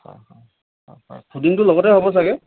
হয় হয় হয় হয় ফুডিংটো লগতে হ'ব চাগে